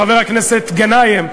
חבר הכנסת גנאים,